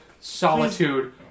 solitude